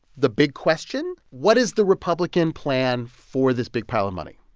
the big question what is the republican plan for this big pile of money?